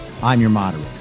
imyourmoderator